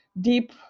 deep